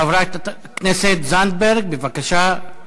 חברת הכנסת זנדברג, בבקשה,